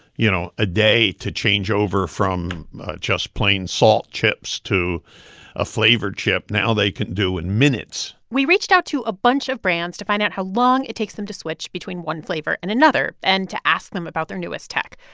you know, a day to change over from just plain salt chips to a flavored chip now they can do in minutes we reached out to a bunch of brands to find out how long it takes them to switch between one flavor and another and to ask them about their newest tech.